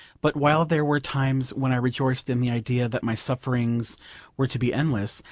but while there were times when i rejoiced in the idea that my sufferings were to be endless,